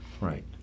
right